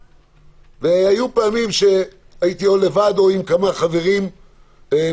אבל היו פעמים שהייתי או לבד או עם כמה חברים מהקואליציה.